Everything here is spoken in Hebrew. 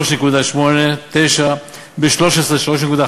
אנחנו מסכימים על 3.9%. לא, לא.